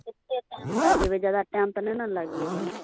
कतेक टाइम लगेबै जादा टाइम तऽ नहि ने लगेबै